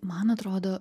man atrodo